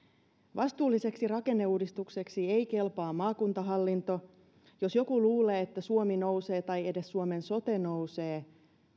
vastuulliseksi rakenneuudistukseksi ei kelpaa maakuntahallinto jos joku luulee että suomi nousee tai edes suomen sote nousee